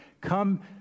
come